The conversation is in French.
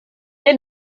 est